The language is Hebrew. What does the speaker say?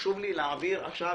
חשוב לי להעביר עכשיו.